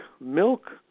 milk